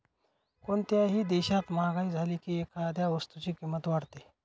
कोणत्याही देशात महागाई झाली की एखाद्या वस्तूची किंमत वाढते